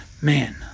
man